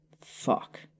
Fuck